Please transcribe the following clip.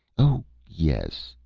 oh yes,